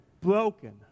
broken